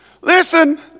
Listen